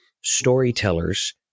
storytellers